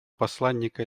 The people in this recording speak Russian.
посланника